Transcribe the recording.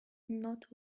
not